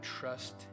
trust